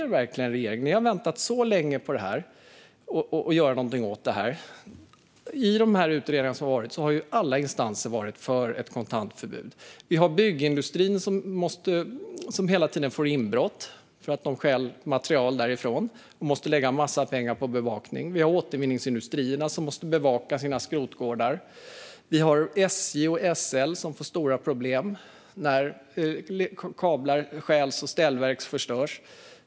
Regeringen har väntat så länge på att göra något åt problemet. I alla utredningar har alla instanser varit för ett kontantförbud. Byggindustrin utsätts hela tiden för inbrott - material stjäls därifrån - och måste lägga en mängd pengar på bevakning. Återvinningsindustrierna måste bevaka sina skrotgårdar. SJ och SL får stora problem när kablar stjäls och ställverk förstörs.